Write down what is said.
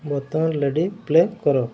ବର୍ତ୍ତମାନ ଲେଡ଼ି ପ୍ଲେ କର